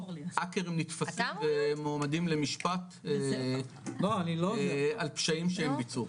אקרים נתפסים ומועמדים למשפט על פשעים שהם ביצעו.